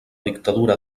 dictadura